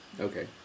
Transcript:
Okay